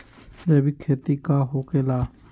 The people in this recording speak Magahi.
जैविक खेती का होखे ला?